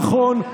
נכון,